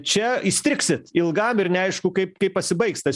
čia įstrigsit ilgam ir neaišku kaip kai pasibaigs tas